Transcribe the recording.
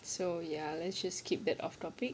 so ya let's just skip that off topic